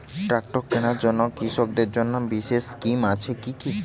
Tractor কেনার জন্য কৃষকদের জন্য বিশেষ স্কিম আছে কি?